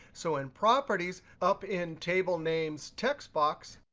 so in properties, up in table names text box,